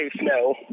no